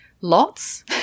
lots